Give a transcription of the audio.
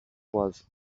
was